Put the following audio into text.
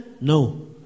No